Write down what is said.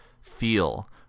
feel